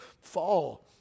fall